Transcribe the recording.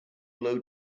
low